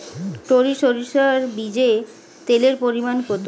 টরি সরিষার বীজে তেলের পরিমাণ কত?